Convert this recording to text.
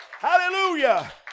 Hallelujah